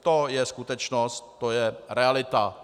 To je skutečnost, to je realita.